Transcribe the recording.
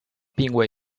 并未